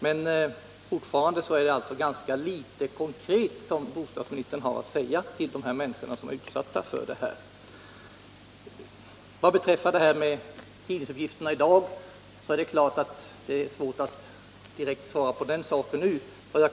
Men fortfarande har bostadsministern ganska litet konkret att säga till de människor som är utsatta för radongas. Vad beträffar tidningsuppgifterna i dag är det rätt svårt att ge besked om den saken nu.